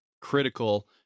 critical